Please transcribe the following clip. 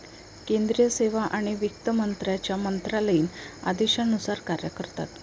केंद्रीय सेवा आणि वित्त मंत्र्यांच्या मंत्रालयीन आदेशानुसार कार्य करतात